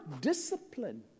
discipline